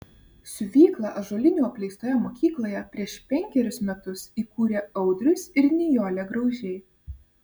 siuvyklą ąžuolinių apleistoje mokykloje prieš penkerius metus įkūrė audrius ir nijolė graužiai